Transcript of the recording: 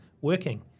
working